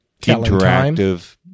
interactive